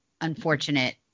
unfortunate